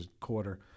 quarter